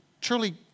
Truly